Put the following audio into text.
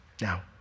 Now